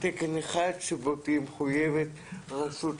תקן אחד שבו היא תהיה מחויבת לעמוד,